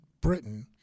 Britain